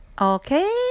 Okay